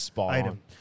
item